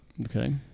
Okay